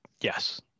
Yes